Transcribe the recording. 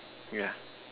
yeah